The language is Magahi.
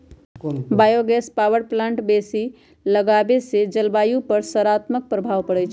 बायो गैस पावर प्लांट बेशी लगाबेसे जलवायु पर सकारात्मक प्रभाव पड़इ छै